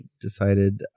decided